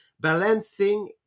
balancing